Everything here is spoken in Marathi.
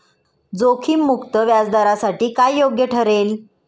जोखीम मुक्त व्याजदरासाठी काय योग्य ठरेल?